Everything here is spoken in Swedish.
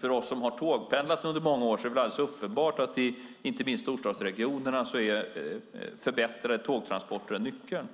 För oss som i många år tågpendlat är det väl alldeles uppenbart att förbättrade tågtransporter, inte minst i storstadsregionerna, är en nyckel.